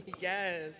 Yes